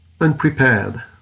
unprepared